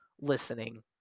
listening